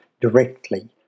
directly